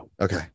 okay